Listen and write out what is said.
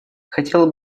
хотела